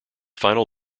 final